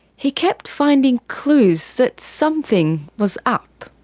he kept finding clues that something was up.